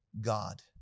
God